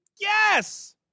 Yes